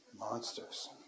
monsters